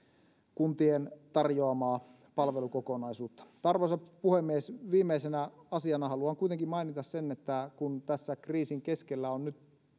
kuntien tarjoamaa palvelukokonaisuutta arvoisa puhemies viimeisenä asiana haluan kuitenkin mainita sen että kun tässä kriisin keskellä on nyt